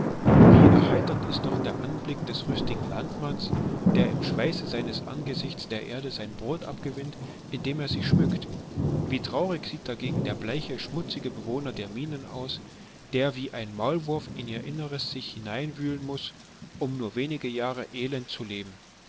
wie erheiternd ist doch der anblick des rüstigen landmanns der im schweiße seines angesichts der erde sein brot abgewinnt indem er sie schmückt wie traurig sieht dagegen der bleiche schmutzige bewohner der minen aus der wie ein maulwurf in ihr inneres sich hinein wühlen muß um nur wenige jahre elend zu leben